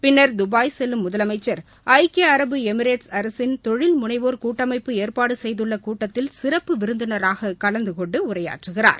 பின்னர் துபாய் செல்லும் முதலமைச்சர் ஐக்கிய அரபு எமிரேட்ஸ் அரசின் தொழில் முனைவோர் கூட்டமைப்பு ஏற்பாடு செய்துள்ள கூட்டத்தில் சிறப்பு விருந்தினராக கலந்து கொண்டு உரையாற்றுகிறா்